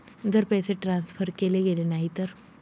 जर पैसे ट्रान्सफर केले गेले नाही तर?